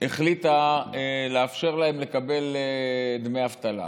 החליטה לאפשר להם לקבל דמי אבטלה.